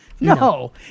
No